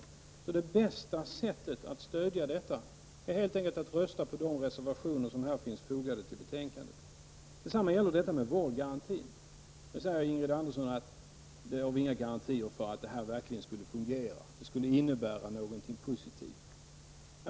Som sagt, det bästa sättet att stödja detta är att rösta på de reservationer som fogats till betänkandet. På samma sätt är det med vårdgarantin. Ingrid Andersson säger att vi inte har några garantier för att den verkligen skulle fungera och innebära någonting positivt.